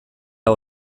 aho